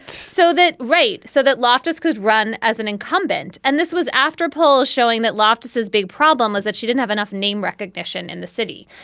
so that right so that loftis could run as an incumbent and this was after polls showing that loftis his big problem was that she didn't have enough name recognition in the city.